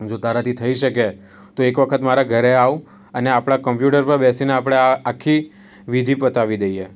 પણ જો તારાથી થઈ શકે તો એક વખત મારા ઘરે આવ અને આપણા કોમ્પ્યુટર પર બેસીને આપણે આ આખી વિધિ પતાવી દઈએ